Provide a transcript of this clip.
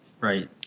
Right